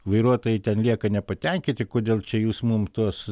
vairuotojai ten lieka nepatenkinti kodėl čia jūs mum tuos